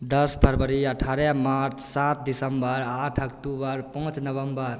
दस फरवरी अठारह मार्च सात दिसम्बर आठ अक्टुबर पाँच नवम्बर